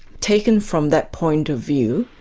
taken from that point of view,